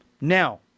Now